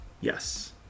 yes